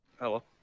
Hello